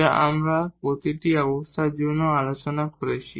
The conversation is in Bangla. যা আমরা এই প্রতিটি অবস্থার জন্য আলোচনা করেছি